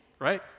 right